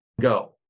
go